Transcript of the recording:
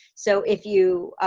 so if you